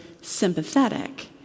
sympathetic